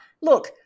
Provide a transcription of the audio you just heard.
look